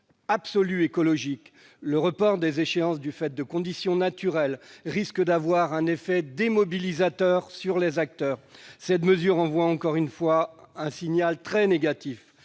absolue, le report des échéances du fait des conditions naturelles risque d'avoir un effet démobilisateur sur les acteurs, à qui elle adresse, encore une fois, un signal très négatif.